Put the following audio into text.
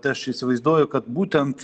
tai aš įsivaizduoju kad būtent